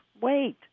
wait